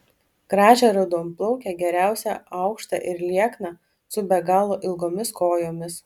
gražią raudonplaukę geriausia aukštą ir liekną su be galo ilgomis kojomis